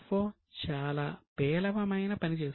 CFO చాలా పేలవమైన పని చేశారు